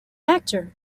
actor